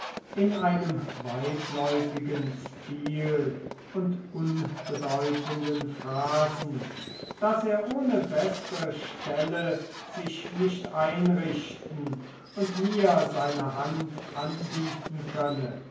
in einem weitläufigen stil und unbedeutenden phrasen daß er ohne bessere stellen sich nicht einrichten und mir seine hand anbieten könne